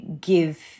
give